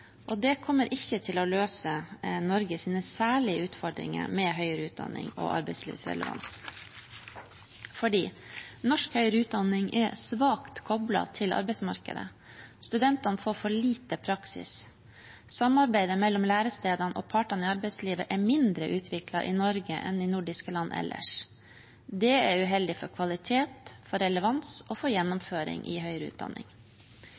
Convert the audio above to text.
og det kommer ikke til å løse Norges særlige utfordringer med høyere utdanning og arbeidslivsrelevans, fordi norsk høyere utdanning er svakt koblet til arbeidsmarkedet. Studentene får for lite praksis. Samarbeidet mellom lærestedene og partene i arbeidslivet er mindre utviklet i Norge enn i nordiske land ellers. Det er uheldig for kvalitet og relevans og for gjennomføring i høyere utdanning.